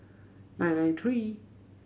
nine nine three